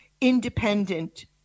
independent